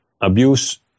abuse